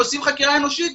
אם עושים חקירה אנושית,